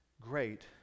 great